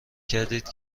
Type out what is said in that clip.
کردید